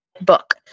book